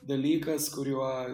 dalykas kuriuo